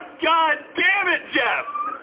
god damn it jeff